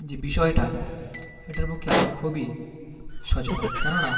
যে বিষয়টা এটার পক্ষে আমি খুবই সচেতন কেননা